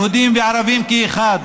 יהודים וערבים כאחד: